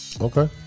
Okay